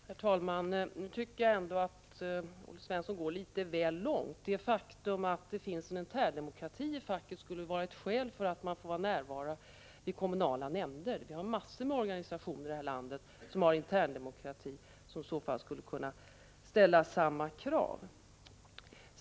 Herr talman! Nu tycker jag ändå att Olle Svensson går litet väl långt. Det faktum att det finns interndemokrati i facket skulle vara ett skäl för att få närvara i kommunala nämnder. Det finns massor av organisationer här i landet som har interndemokrati och som i så fall skulle kunna ställa samma krav.